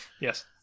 Yes